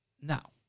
Now